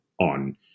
on